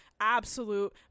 absolute